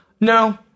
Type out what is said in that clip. No